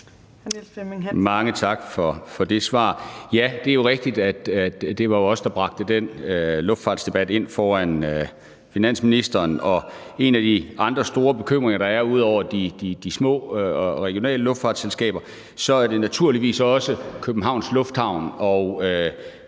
Mange tak for det svar. Ja, det er jo rigtigt, at det var os, der bragte den luftfartsdebat ind foran finansministeren, og en af de andre store bekymringer, der er, ud over de små regionale luftfartsselskaber, er jo naturligvis også Københavns Lufthavn